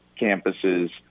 campuses